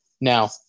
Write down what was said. now